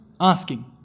asking